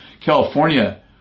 California